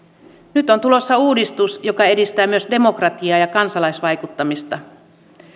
nyt on tulossa uudistus joka edistää myös demokratiaa ja kansalaisvaikuttamista